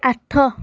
ଆଠ